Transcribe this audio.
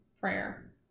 prayer